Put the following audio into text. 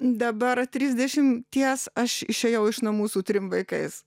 dabar trisdešimties aš išėjau iš namų su trim vaikais